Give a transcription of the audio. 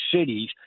cities